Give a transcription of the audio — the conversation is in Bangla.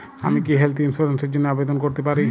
আমি কি হেল্থ ইন্সুরেন্স র জন্য আবেদন করতে পারি?